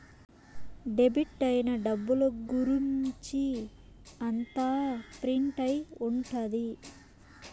debit అయిన డబ్బుల గురుంచి అంతా ప్రింట్ అయి ఉంటది